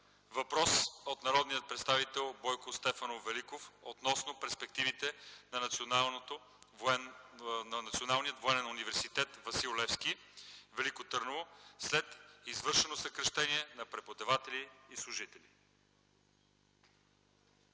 Въпрос от народния представител Бойко Стефанов Великов, относно перспективите на Националния военен университет „Васил Левски”, Велико Търново след извършено съкращение на преподаватели и служители.